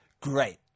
great